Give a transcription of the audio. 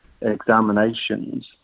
examinations